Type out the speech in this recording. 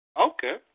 Okay